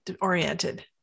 oriented